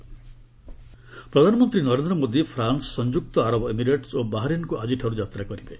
PM visit ପ୍ରଧାନମନ୍ତ୍ରୀ Narendra Modi France ସଂଯୁକ୍ତ ଆରବ ଏମିରେଟ୍ ଓ ବାହାରିନ୍କୁ ଆଜିଠାରୁ ଯାତ୍ରା କରିବେ